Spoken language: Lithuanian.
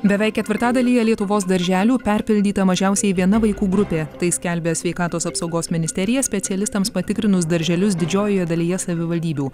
beveik ketvirtadalyje lietuvos darželių perpildyta mažiausiai viena vaikų grupė tai skelbia sveikatos apsaugos ministerija specialistams patikrinus darželius didžiojoje dalyje savivaldybių